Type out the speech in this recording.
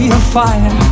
afire